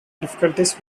difficulties